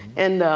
and